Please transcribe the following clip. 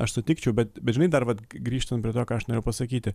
aš sutikčiau bet bet žinai dar vat grįžtant prie to ką aš norėjau pasakyti